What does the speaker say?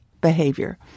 behavior